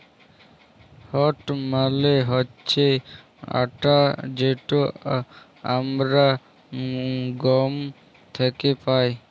wheat মালে হছে আটা যেট আমরা গহম থ্যাকে পাই